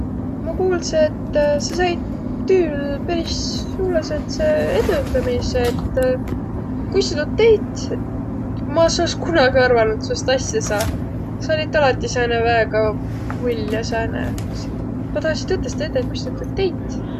Ma kuuldsõ, et sa sait tüül säändse peris suurõ säändse edendämise, et kuis sa taad teit? Ma es olõs kunagi arvanuq, et sust asja saa, sa ollit alati sääne väega ull ja sääne, et ma tahasi tõtõstõ teedäq, kuis sa tuud teit.